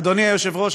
אדוני היושב-ראש,